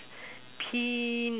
pick